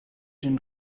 den